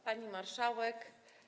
Pani Marszałek!